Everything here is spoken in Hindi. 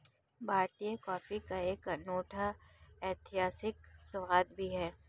भारतीय कॉफी का एक अनूठा ऐतिहासिक स्वाद भी है